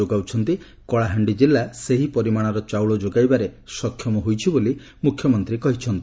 ଯୋଗାଉଛନ୍ତି କଳାହାଣ୍ଡି କିଲ୍ଲା ସେହି ପରିମାଣର ଚାଉଳ ଯୋଗାଇବାରେ ସକ୍ଷମ ହୋଇଛି ବୋଲି ମୁଖ୍ୟମନ୍ତୀ କହିଛନ୍ତି